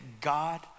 God